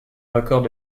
records